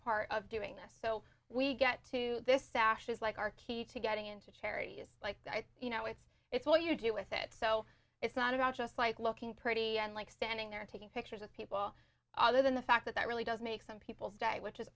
part of doing this so we get to this sash is like our key to getting into charities like guys you know it's it's what you do with it so it's not about just like looking pretty and like standing there taking pictures of people other than the fact that that really does make some people say which is